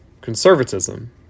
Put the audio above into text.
conservatism